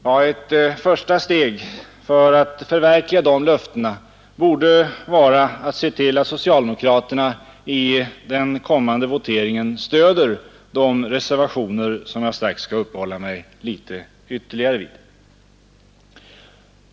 Ja, ett första steg för att förverkliga de löftena borde vara att se till att socialdemokraterna i den kommande voteringen stöder de reservationer som jag strax skall uppehålla mig litet ytterligare vid.